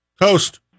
Coast